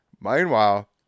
Meanwhile